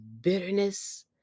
bitterness